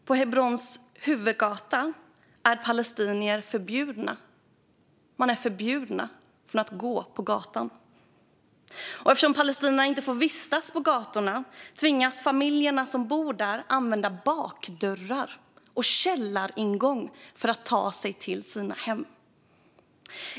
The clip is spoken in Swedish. På Hebrons huvudgata är palestinier förbjudna att gå, och eftersom palestinier inte får vistas på gatorna tvingas de familjer som bor där att använda bakdörrar och källaringångar för att ta sig till sina hem.